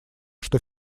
что